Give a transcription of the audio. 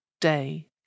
day